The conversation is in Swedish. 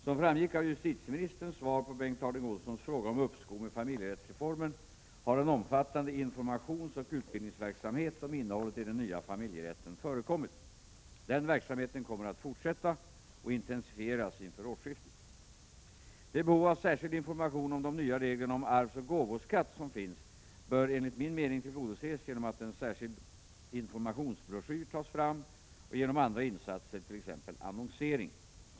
Som framgick av justitieministerns svar på Bengt Harding Olsons fråga om uppskov med familjerättsreformen har en omfattande informationsoch utbildningsverksamhet om innehållet i den nya familjerätten förekommit. Denna verksamhet kommer att fortsätta och intensifieras inför årsskiftet. Det behov av särskild information om de nya reglerna om arysoch gåvoskatt som finns bör enligt min mening tillgodoses genom att en särskild informationsbroschyr tas fram och genom andra insatser, t.ex. annonsering.